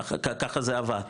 ככה זה עבד,